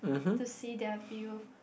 to see their view